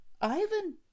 Ivan